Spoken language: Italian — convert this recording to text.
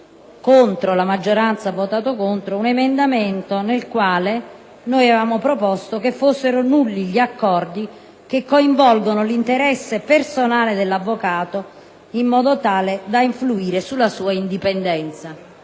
che la maggioranza ha votato precedentemente contro un emendamento, il 12.14, con il quale noi avevamo proposto che fossero nulli gli accordi che coinvolgono l'interesse personale dell'avvocato in modo tale da influire sulla sua indipendenza.